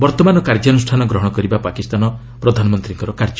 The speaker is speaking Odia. ବର୍ତ୍ତମାନ କାର୍ଯ୍ୟାନୁଷ୍ଠାନ ଗ୍ରହଣ କରିବା ପାକିସ୍ତାନ ପ୍ରଧାନମନ୍ତ୍ରୀଙ୍କର କାର୍ଯ୍ୟ